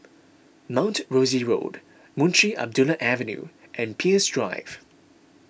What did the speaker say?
Mount Rosie Road Munshi Abdullah Avenue and Peirce Drive